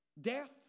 Death